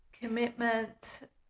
commitment